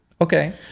okay